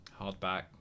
Hardback